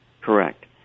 Correct